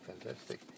fantastic